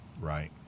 Right